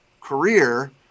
career